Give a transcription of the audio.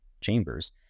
chambers